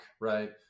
right